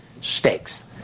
Stakes